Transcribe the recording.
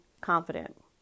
confident